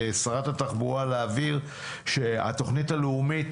התוכנית הלאומית